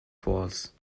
false